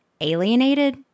alienated